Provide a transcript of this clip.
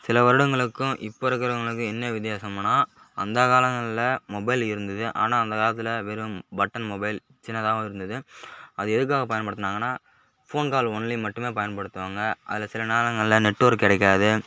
சில வருடங்களுக்கும் இப்போ இருக்கிறவங்களுக்கும் என்ன வித்தியாசம்ன்னா அந்த காலங்களில் மொபைல் இருந்துது ஆனால் அந்த காலத்தில் வெறும் பட்டன் மொபைல் சின்னதாகவும் இருந்துது அது எதுக்காக பயன்படுத்துனாங்கன்னா ஃபோன் கால் ஒன்லி மட்டுமே பயன்படுத்துவாங்க அதில் சில நேரங்களில் நெட்வொர்க் கிடைக்காது